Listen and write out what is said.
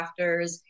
crafters